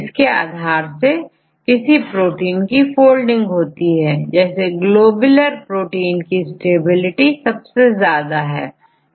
इसके आधार से किसी प्रोटीन की फोल्डिंग होती है जैसे ग्लोबुलर प्रोटीन की स्टेबिलिटी ज्यादा होती है